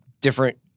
different